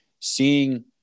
seeing